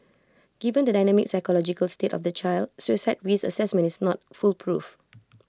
given the dynamic psychological state of the child suicide risk Assessment is not foolproof